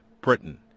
Britain